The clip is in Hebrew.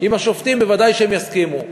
אצל השופטים, ודאי שהם יסכימו.